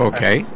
Okay